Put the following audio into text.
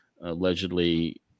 allegedly